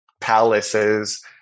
palaces